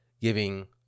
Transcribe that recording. giving